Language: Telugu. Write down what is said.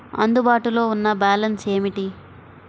అందుబాటులో ఉన్న బ్యాలన్స్ ఏమిటీ?